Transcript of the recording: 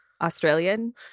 Australian